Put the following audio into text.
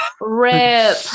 Rip